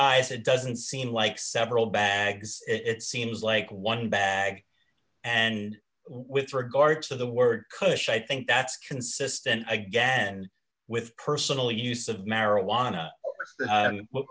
eyes it doesn't seem like several bags it seems like one bag and with regards to the word kush i think that's consistent again with personal use of marijuana